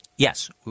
Yes